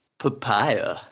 papaya